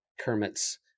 Kermit's